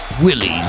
Willie's